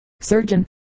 Surgeon